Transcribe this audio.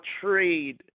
trade